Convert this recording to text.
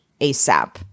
asap